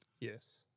Yes